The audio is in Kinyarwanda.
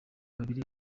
babiri